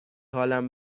حالم